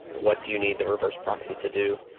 what do you need the reverse proxy to do,